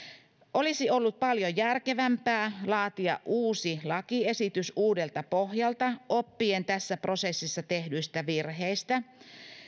olisi ollut paljon järkevämpää laatia uusi lakiesitys uudelta pohjalta oppien tässä prosessissa tehdyistä virheistä